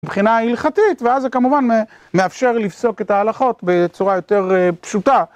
מבחינה הלכתית ואז זה כמובן מאפשר לפסוק את ההלכות בצורה יותר פשוטה